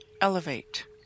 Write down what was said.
elevate